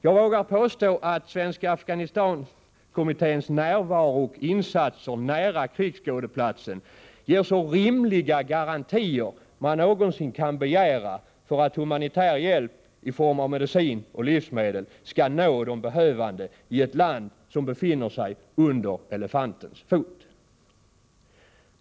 Jag vågar påstå att Svenska Afghanistankommitténs närvaro och insatser nära krigsskådeplatsen ger så rimliga garantier man någonsin kan begära för att humanitär hjälp i form av medicin och livsmedel skall nå de behövande i ett land som befinner sig under elefantens fot.